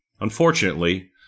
Unfortunately